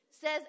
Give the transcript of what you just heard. says